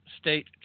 state